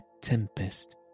tempest